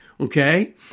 Okay